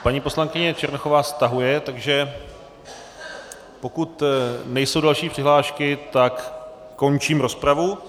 Paní poslankyně Černochová stahuje, takže pokud nejsou další přihlášky, končím rozpravu.